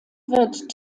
wird